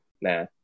nah